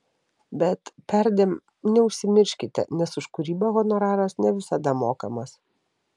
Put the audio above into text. bet perdėm neužsimirškite nes už kūrybą honoraras ne visada mokamas